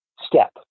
step